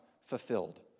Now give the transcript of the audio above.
fulfilled